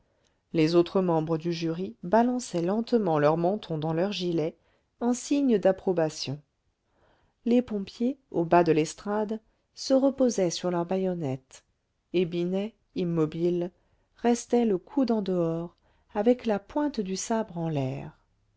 les autres membres du jury balançaient lentement leur menton dans leur gilet en signe d'approbation les pompiers au bas de l'estrade se reposaient sur leurs baïonnettes et binet immobile restait le coude en dehors avec la pointe du sabre en l'air